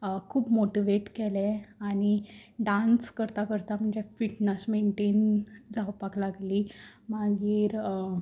खूब मोटीवेट केलें आनी डान्स करता करता म्हणजे फीटनेस मेंटेन जावपाक लागली मागीर